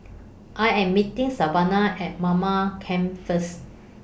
I Am meeting Savana At Mamam Campsite First